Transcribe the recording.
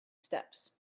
steps